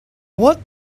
what